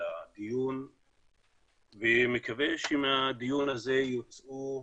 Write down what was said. על הדיון ומקווה שמהדיון הזה יוצאו תוצאות,